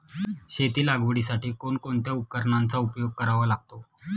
शेती लागवडीसाठी कोणकोणत्या उपकरणांचा उपयोग करावा लागतो?